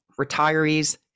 retirees